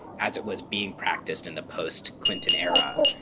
as it was being practiced in the post-clinton era,